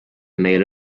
meil